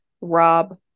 Rob